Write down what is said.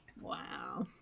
Wow